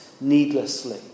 needlessly